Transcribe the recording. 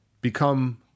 become